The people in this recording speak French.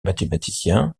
mathématicien